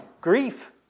grief